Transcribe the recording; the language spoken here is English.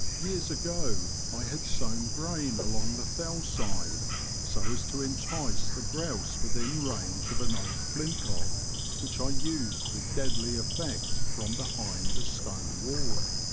years ago i had sown grain along the fell-side so as to entice the grouse within range of an old flint lock which i used with deadly effect from behind a stone wall.